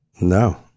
no